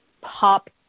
pop